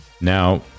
Now